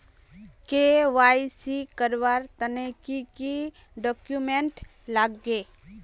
KYC करवार तने की की डॉक्यूमेंट लागे?